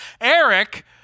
Eric